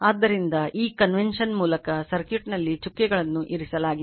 ಆದ್ದರಿಂದ ಈ convention ಮೂಲಕ ಸರ್ಕ್ಯೂಟ್ ನಲ್ಲಿ ಚುಕ್ಕೆಗಳನ್ನು ಇರಿಸಲಾಗಿದೆ